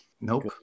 Nope